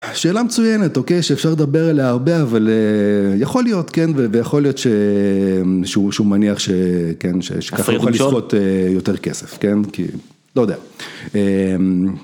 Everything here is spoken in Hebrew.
שאלה מצוינת, אוקיי, שאפשר לדבר עליה הרבה, אבל יכול להיות, כן, ויכול להיות שהוא מניח שככה הוא יכול לסחוט יותר כסף, כן, כי לא יודע.